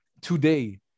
today